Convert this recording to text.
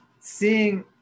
seeing